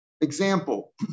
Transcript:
Example